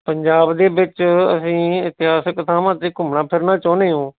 ਪੰਜਾਬ ਦੇ ਵਿੱਚ ਅਸੀਂ ਇਤਿਹਾਸਕ ਥਾਵਾਂ ਤੇ' ਘੁੰਮਣਾ ਫਿਰਨਾ ਚਾਹੁੰਦੇ ਹਾਂ